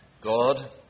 God